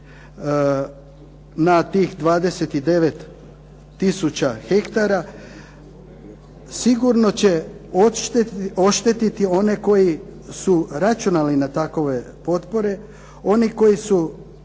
na tih 29 tisuća hektara sigurno će oštetiti one koji su računali na takove potpore. Oni koji su